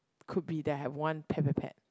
could be there have one Petpetpet